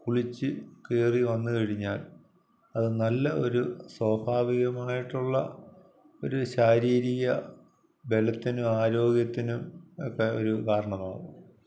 കുളിച്ചുകയറി വന്നുകഴിഞ്ഞാൽ അത് നല്ല ഒരു സ്വാഭാവികമായിട്ടുള്ള ഒരു ശാരീരിക ബലത്തിനും ആരോഗ്യത്തിനും ഒക്കെ ഒരു കാരണമാവും